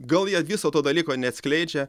gal jie viso to dalyko neatskleidžia